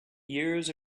years